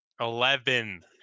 Eleven